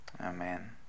Amen